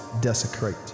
desecrate